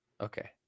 Okay